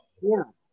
horrible